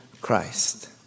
Christ